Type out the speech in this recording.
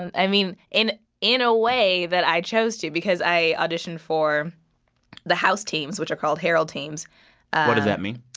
and i mean, in in a way that i chose to because i auditioned for the house teams, which are called harold teams what does that mean?